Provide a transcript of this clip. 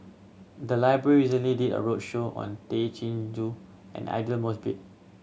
the library recently did a roadshow on Tay Chin Joo and Aidli Mosbit